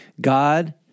God